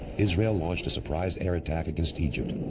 israel launched a surprise air attack against egypt,